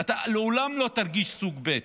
ואתה לעולם לא תרגיש סוג ב'